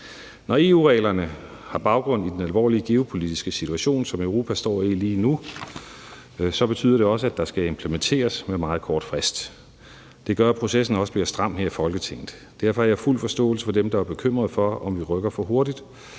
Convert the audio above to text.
Når EU-reglerne har baggrund i den alvorlige geopolitiske situation, som Europa står i lige nu, så betyder det også, at der skal implementeres med meget kort frist. Det gør, at processen også bliver stram her i Folketinget. Derfor har jeg fuld forståelse for dem, der er bekymret for, at vi rykker for hurtigt,